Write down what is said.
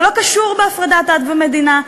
זה לא קשור להפרדת דת ומדינה,